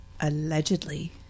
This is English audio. Allegedly